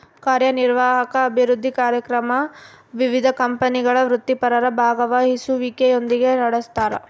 ಕಾರ್ಯನಿರ್ವಾಹಕ ಅಭಿವೃದ್ಧಿ ಕಾರ್ಯಕ್ರಮ ವಿವಿಧ ಕಂಪನಿಗಳ ವೃತ್ತಿಪರರ ಭಾಗವಹಿಸುವಿಕೆಯೊಂದಿಗೆ ನಡೆಸ್ತಾರ